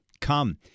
Come